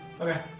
Okay